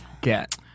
get